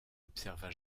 observa